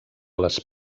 les